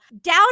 down